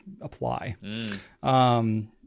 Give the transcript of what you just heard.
apply